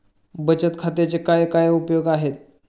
बचत खात्याचे काय काय उपयोग आहेत?